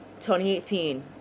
2018